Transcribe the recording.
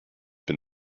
been